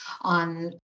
on